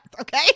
okay